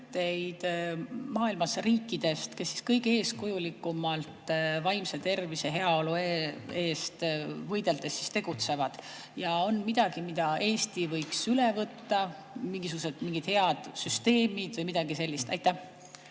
näiteid maailmas riikidest, kes kõige eeskujulikumalt vaimse tervise ja heaolu eest võideldes tegutsevad? Ja kas on midagi, mida Eesti võiks üle võtta, mingisugused head süsteemid või midagi sellist? Aitäh,